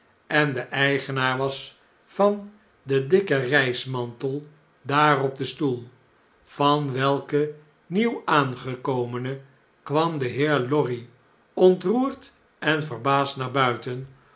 en de eigenaar was van den dikken reism ant el daar op den stoel van welken nieuw aangekomene kwam de heer lorry ontroerd en verbaasd naar buiten